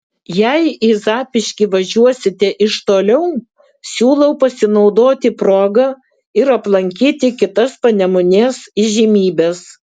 jei į zapyškį važiuosite iš toliau siūlau pasinaudoti proga ir aplankyti kitas panemunės įžymybes